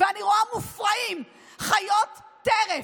ואני רואה מופרעים, חיות טרף,